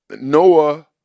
Noah